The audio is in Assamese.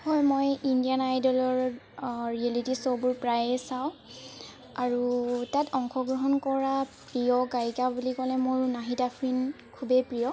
হয় মই ইণ্ডিয়ান আইদলৰ ৰিয়েলিটি শ্ববোৰ প্ৰায়ে চাওঁ আৰু তাত অংশগ্ৰহণ কৰা প্ৰিয় গায়িকা বুলি ক'লে মোৰ নাহিদ আফ্ৰিণ খুবেই প্ৰিয়